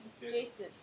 Jason